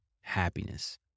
happiness